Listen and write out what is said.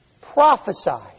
prophesied